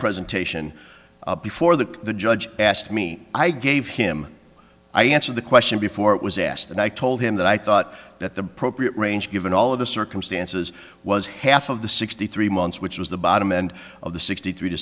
presentation before the the judge asked me i gave him i answer the question before it was asked and i told him that i thought that the range given all of the circumstances was half of the sixty three months which was the bottom end of the sixty three to